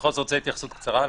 אני מבקש התייחסות קצרה.